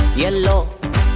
yellow